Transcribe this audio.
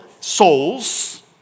souls